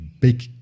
big